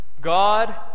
God